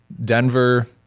Denver